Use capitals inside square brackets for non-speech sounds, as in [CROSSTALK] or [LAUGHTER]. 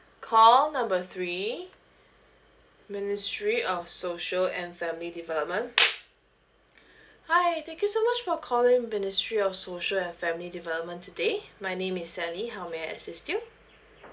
call number three ministry of social and family development [BREATH] hi thank you so much for calling ministry of social and family development today my name is sally how may I assist you